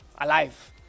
alive